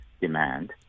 demand